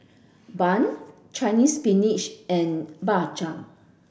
bun Chinese spinach and Bak Chang